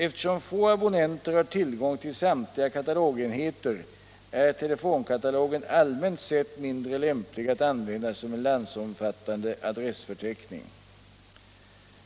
Eftersom få abonnenter har tillgång till samtliga katalogenheter är telefonkatalogen allmänt sett mindre lämplig att användas som en landsomfattande adressförteckning.